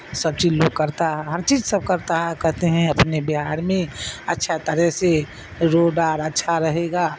سب چیز لوگ کرتا ہے ہر چیز سب کرتا ہے کہتے ہیں اپنے بہار میں اچھا طرح سے روڈ آر اچھا رہے گا